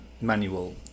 manual